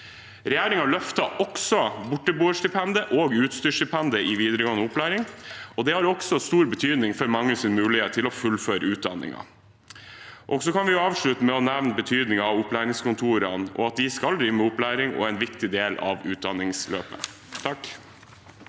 Regjeringen har løftet borteboerstipendet og utstyrsstipendet i videregående opplæring, og det har også stor betydning for manges mulighet til å fullføre utdanningen. Vi kan avslutte med å nevne betydningen av opplæringskontorene, at de skal drive med opplæring og er en viktig del av utdanningsløpet.